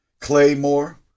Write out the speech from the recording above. Claymore